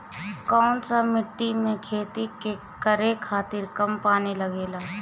कौन सा मिट्टी में खेती करे खातिर कम पानी लागेला?